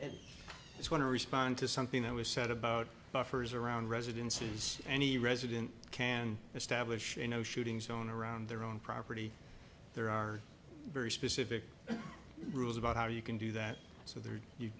this want to respond to something that was said about buffers around residences and the resident can establish you know shooting zone around their own property there are very specific rules about how you can do that so there